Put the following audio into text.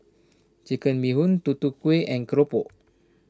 Chicken Bee Hoon Tutu Kueh and Keropok